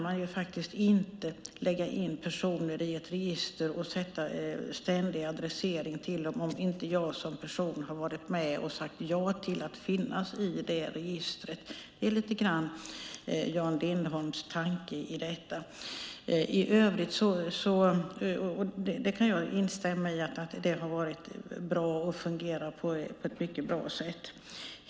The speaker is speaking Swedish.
Man kan inte lägga in personer i ett register och sätta ständig adressering till dem om inte de som personer varit med och sagt ja till att finnas i det registret. Det är lite grann som Jan Lindholms tanke i detta. Jag kan instämma i att det har varit bra och fungerar på ett mycket bra sätt.